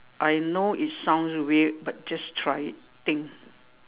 I know it sounds weird but just try it thing